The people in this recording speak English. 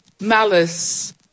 malice